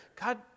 God